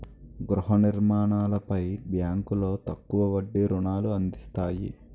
గృహ నిర్మాణాలపై బ్యాంకులో తక్కువ వడ్డీ రుణాలు అందిస్తాయి